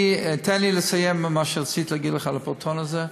תן לי לסיים מה שרציתי להגיד לך על ה"פרוטון" הזה.